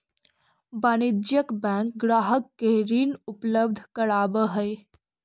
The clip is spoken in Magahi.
वाणिज्यिक बैंक ग्राहक के ऋण उपलब्ध करावऽ हइ